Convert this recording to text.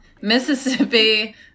Mississippi